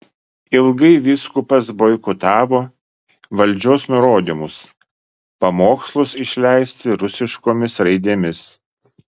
ilgai vyskupas boikotavo valdžios nurodymus pamokslus išleisti rusiškomis raidėmis